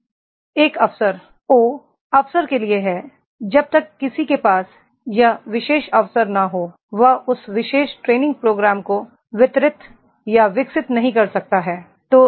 एक अवसर ओ अवसर के लिए है जब तक किसी के पास वह विशेष अवसर न हो वह उस विशेष ट्रेनिग प्रोग्राम को वितरित या विकसित नहीं कर सकता है